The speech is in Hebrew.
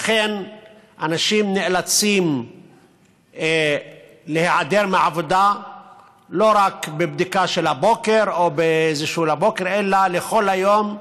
לכן אנשים נאלצים להיעדר מהעבודה לא רק בבדיקה של הבוקר אלא לכל היום,